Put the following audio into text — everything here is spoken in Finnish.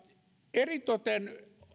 eritoten